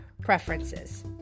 preferences